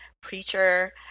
preacher